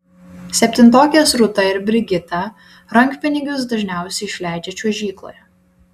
septintokės rūta ir brigita rankpinigius dažniausiai išleidžia čiuožykloje